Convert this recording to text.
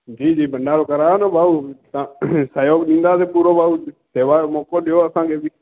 जी जी भंडारो करायो न भाऊ तव्हां सहियोगु ॾींदासीं पूरो थोरो सेवा जो मौक़ो ॾियो असांखे बि